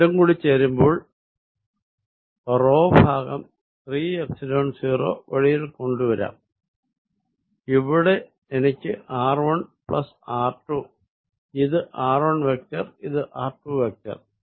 രണ്ടും കൂടി ചേരുമ്പോൾ റോ ഭാഗം 3 എപ്സിലോൺ 0 വെളിയിൽ കൊണ്ട് വരാം ഇവിടെ എനിക്ക് r1r2 ഇത് r1 വെക്ടർ ഇത് r2 വെക്ടർ